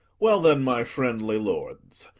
well, then, my friendly lords,